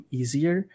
easier